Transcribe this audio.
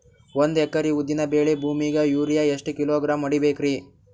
ಒಂದ್ ಎಕರಿ ಉದ್ದಿನ ಬೇಳಿ ಭೂಮಿಗ ಯೋರಿಯ ಎಷ್ಟ ಕಿಲೋಗ್ರಾಂ ಹೊಡೀಬೇಕ್ರಿ?